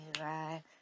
right